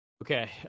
Okay